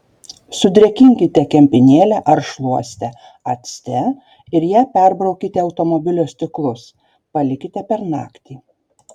sudrėkinkite kempinėlę ar šluostę acte ir ja perbraukite automobilio stiklus palikite per naktį